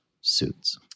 suits